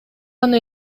аны